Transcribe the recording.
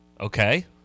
okay